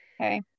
Okay